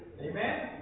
amen